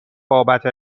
بابت